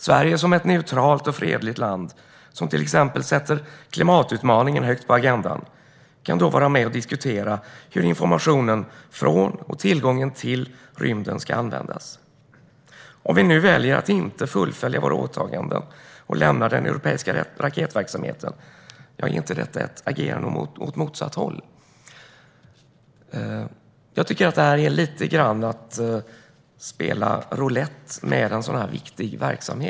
Sverige som ett neutralt och fredligt land, som till exempel sätter klimatutmaningen högt på agendan, kan då vara med och diskutera hur informationen från och tillgången till rymden ska användas." Om vi nu väljer att inte fullfölja våra åtaganden och lämnar den europeiska raketverksamheten, är det då inte ett agerande åt motsatt håll? Jag tycker att detta är lite grann att spela roulett med en så viktig verksamhet.